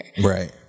right